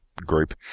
group